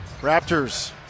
Raptors